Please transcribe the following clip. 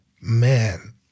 Man